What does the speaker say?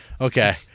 okay